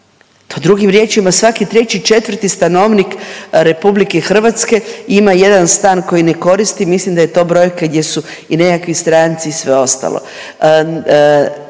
To drugim riječima, svaki treći, četvrti stanovnik RH ima jedan stan koji ne koristi, mislim da je to brojka gdje su i nekakvi stranci i sve ostalo.